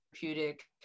therapeutic